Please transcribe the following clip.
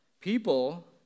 people